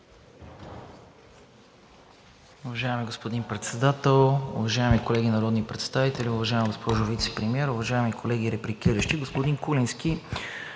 Уважаеми господин Председател, уважаеми колеги народни представители, уважаема госпожо Вицепремиер, уважаеми колеги репликиращи! Господин Куленски,